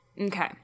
Okay